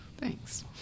Thanks